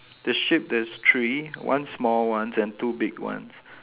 the sheep there's three one small ones and two big ones